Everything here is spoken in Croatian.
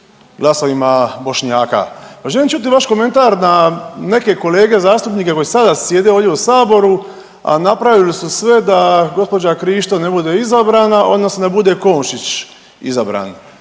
glasovima Bošnjaka. Želim čut vaš komentar na neke kolege zastupnike koji sada sjede ovdje u saboru, a napravili su sve da gospođa Krišto ne bude izabrana odnosno da bude KOmšić izabran.